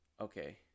okay